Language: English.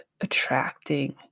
attracting